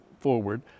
forward